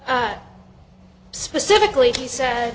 y specifically he said